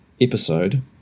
episode